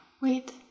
Wait